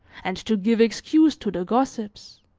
and to give excuse to the gossips.